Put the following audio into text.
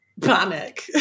panic